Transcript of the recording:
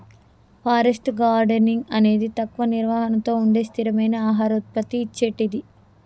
forest gardening అనేది తక్కువ నిర్వహణతో ఉండే స్థిరమైన ఆహార ఉత్పత్తి ఇచ్చేటిది